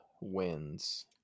wins